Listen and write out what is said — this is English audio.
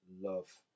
love